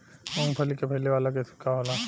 मूँगफली के फैले वाला किस्म का होला?